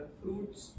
fruits